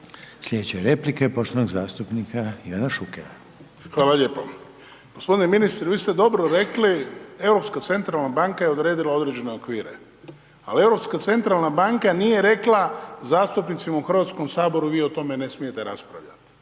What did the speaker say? Sljedeća replika je poštovanog zastupnika Ivana Šukera. **Šuker, Ivan (HDZ)** Hvala lijepo. G. ministre, vi ste dobro rekli, Europska centralna banka je odredila određene okvire. Ali Europska centralna banka nije rekla zastupnicima u HS-u, vi o tome ne smijete raspravljati.